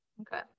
Okay